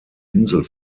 insel